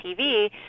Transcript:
TV